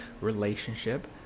relationship